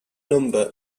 number